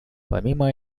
помимо